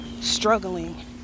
struggling